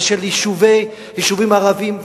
ושל יישובים ערביים,